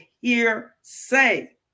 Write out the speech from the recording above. hearsay